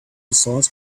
sauce